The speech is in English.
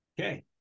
okay